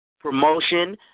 promotion